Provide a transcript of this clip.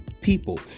people